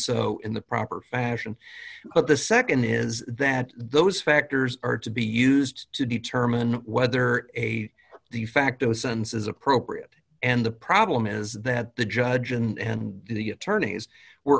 so in the proper fashion but the nd is that those factors are to be used to determine whether a de facto sentence is appropriate and the problem is that the judge and the attorneys were